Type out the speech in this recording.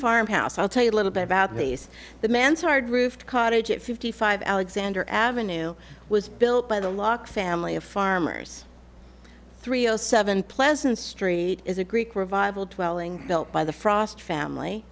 farm house i'll tell you a little bit about place the man's hard roofed cottage at fifty five alexander avenue was built by the lock family of farmers three zero seven pleasant street is a greek revival twelve built by the frost family